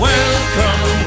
Welcome